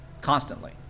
constantly